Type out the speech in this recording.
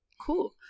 cool